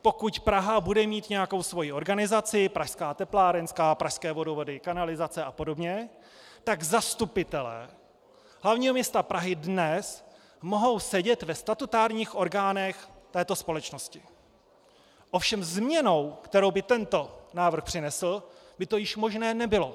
Pokud Praha bude mít nějakou svoji organizaci Pražská teplárenská, Pražské vodovody a kanalizace a podobně , tak zastupitelé hlavního města Prahy dnes mohou sedět ve statutárních orgánech této společnosti, ovšem změnou, kterou by tento návrh přinesl, by to již možné nebylo.